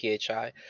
phi